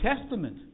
Testament